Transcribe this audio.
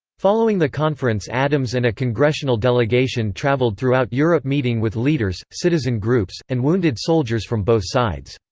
following the conference addams and a congressional delegation traveled throughout europe meeting with leaders, citizen groups, and wounded soldiers from both sides.